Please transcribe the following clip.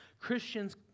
Christians